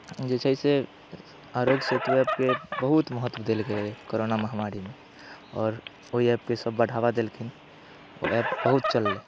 जे छै से आरोग्य सेतु ऐपके बहुत महत्व देल गेलै कोरोना महामारीमे आओर ओहि ऐपके सब बढ़ावा देलखिन ओ ऐप बहुत चललै